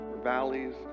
valleys